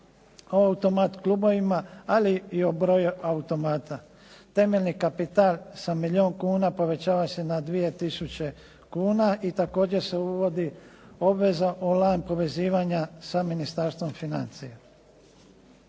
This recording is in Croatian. o automat klubovima, ali i o broju automata. Temeljni kapital sa milijun kuna povećava se na 2000 kuna i također se uvodi obveza on-line povezivanja sa Ministarstvom financija.